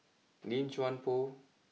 Lim Chuan Poh